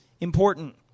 important